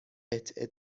قطعه